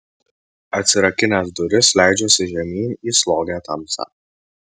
atsirakinęs duris leidžiuosi žemyn į slogią tamsą